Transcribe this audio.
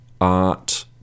art